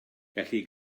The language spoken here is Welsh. felly